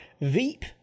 Veep